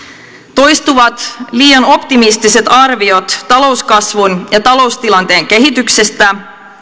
toistuvat liian optimistiset arviot talouskasvun ja taloustilanteen kehityksestä